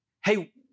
Hey